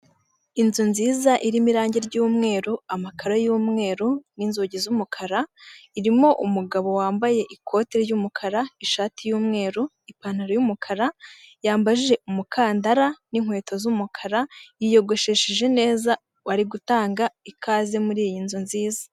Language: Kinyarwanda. Inzu nziza irimo irangi ry'umweru, amakaro y'umweru n'inzugi z'umukara irimo umugabo wambaye ikote ry'umukara, ishati y'umweru, ipantaro y'umukara yambaje umukandara n'inkweto z'umukara, yiyogoshesheje neza wari gutanga ikaze muriyi nzu nziza.